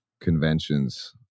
conventions